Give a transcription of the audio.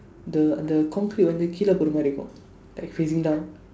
the the concrete வந்து கீழ போற மாதிரி இருக்கும்:vandthu kiizha poora maathiri irukkum like facing down